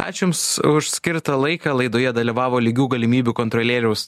ačiū jums už skirtą laiką laidoje dalyvavo lygių galimybių kontrolieriaus